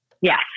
Yes